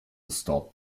stopped